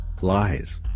lies